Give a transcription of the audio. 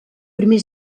primer